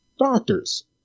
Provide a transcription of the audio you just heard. doctors